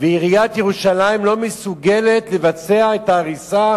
ועיריית ירושלים לא מסוגלת לבצע את ההריסה